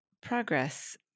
progress